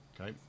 Okay